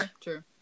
true